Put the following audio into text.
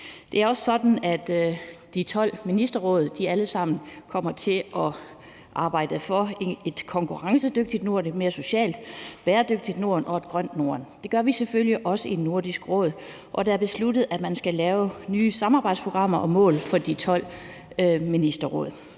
Det er også sådan, at de 12 ministerråd alle sammen kommer til at arbejde for et konkurrencedygtigt Norden, et mere socialt bæredygtigt Norden og et grønt Norden. Det gør vi selvfølgelig også i Nordisk Råd. Og det er besluttet, at man skal lave nye samarbejdsprogrammer og mål for de 12 ministerråd.